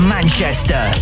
Manchester